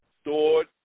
Stored